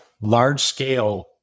large-scale